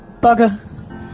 Bugger